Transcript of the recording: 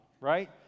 right